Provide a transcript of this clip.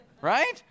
right